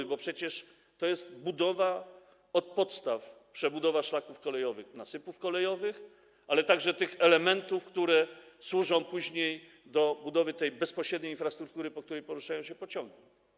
Chodzi przecież o budowę od podstaw, przebudowę szlaków kolejowych, nasypów kolejowych, ale także tych elementów, które służą później do budowy bezpośredniej infrastruktury, po której poruszają się pociągi.